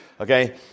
okay